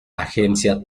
agencia